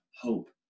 hope